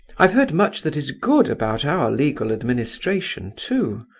i've heard much that is good about our legal administration, too.